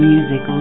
Music